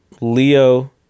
Leo